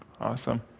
Awesome